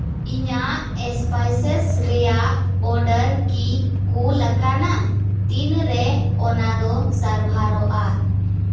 ᱤᱧᱟᱹᱜ ᱮᱥᱯᱟᱭᱥᱮᱥ ᱨᱮᱭᱟᱜ ᱚᱰᱟᱨ ᱠᱤ ᱠᱩᱞ ᱟᱠᱟᱱᱟ ᱛᱤᱱ ᱨᱮ ᱚᱱᱟ ᱫᱚ ᱥᱟᱨᱵᱷᱟᱨᱚᱜᱼᱟ